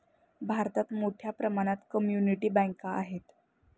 भारतात मोठ्या प्रमाणात कम्युनिटी बँका आहेत